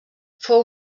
fou